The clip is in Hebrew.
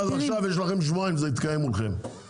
עכשיו יש לכם שבועיים, זה יתקיים מולכם.